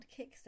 Kickstart